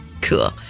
Cool